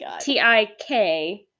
t-i-k